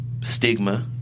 stigma